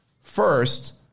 First